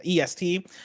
est